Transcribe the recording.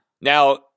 Now